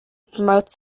promotes